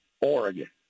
Oregon